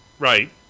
Right